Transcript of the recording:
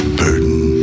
burden